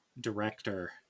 director